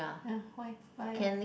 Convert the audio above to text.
yeah why why